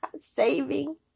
saving